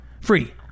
Free